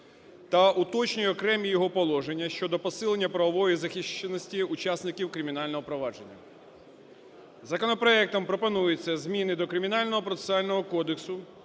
та уточнює окремі його положення щодо посилення правої захищеності учасників кримінального провадження. Законопроектом пропонуються зміни до Кримінального процесуального кодексу,